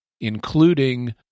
including